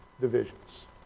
divisions